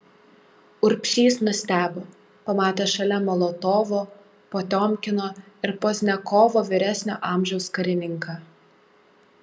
urbšys nustebo pamatęs šalia molotovo potiomkino ir pozdniakovo vyresnio amžiaus karininką